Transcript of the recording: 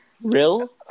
real